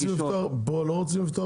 פה לא רוצים לפתוח לתחרות?